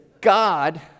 God